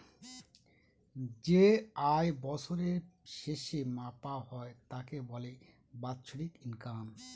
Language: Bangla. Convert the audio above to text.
যে আয় বছরের শেষে মাপা হয় তাকে বলে বাৎসরিক ইনকাম